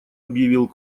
объявил